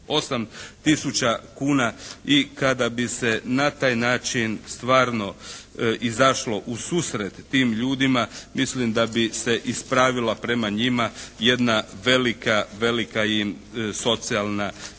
888 tisuća kuna i kada bi se na taj način stvarno izašlo u susret tim ljudima mislim da bi se ispravila prema njima jedna velika im socijalna nepravda